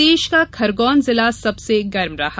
कल प्रदेश का खरगोन जिला सबसे अधिक गर्म रहा